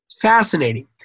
Fascinating